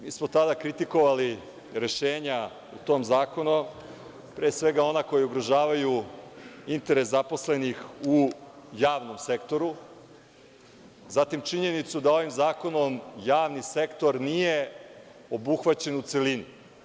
Mi smo tada kritikovali rešenja u tom zakonu, pre svega, ona koja ugrožavaju interes zaposlenih u javnom sektoru, zatim činjenicu da ovim zakonom javni sektor nije obuhvaćen u celini.